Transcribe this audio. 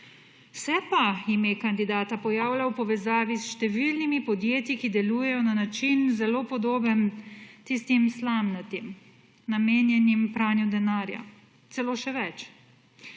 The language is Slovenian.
Se pa ime kandidata pojavlja v povezavi s številnimi podjetji, ki delujejo na način zelo podoben tistim slamnatim, namenjenim pranju denarja. Celo še več,